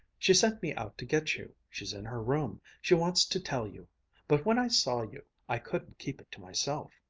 she sent me out to get you. she's in her room she wants to tell you but when i saw you, i couldn't keep it to myself.